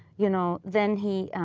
you know, then he